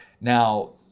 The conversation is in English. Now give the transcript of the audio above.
Now